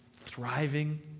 thriving